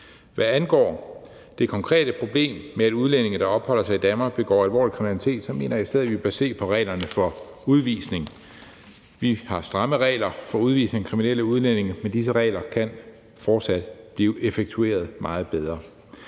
Hvad angår det konkrete problem med, at udlændinge, der opholder sig i Danmark, begår alvorlig kriminalitet, mener jeg, at vi i stedet bør se på reglerne for udvisning. Vi har stramme regler for udvisning af kriminelle udlændinge, men disse regler kan fortsat blive effektueret meget bedre.